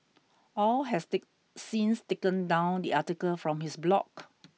Au has the since taken down the article from his blog